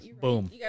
Boom